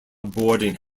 boarding